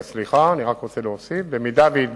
סליחה, אני רק רוצה להוסיף: אם יתברר